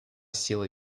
силы